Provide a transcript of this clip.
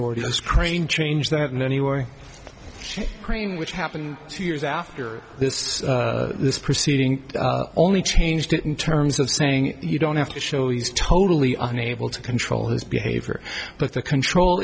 this crane change that many were cream which happened two years after this this proceeding only changed it in terms of saying you don't have to show he's totally unable to control his behavior but the control